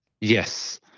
Yes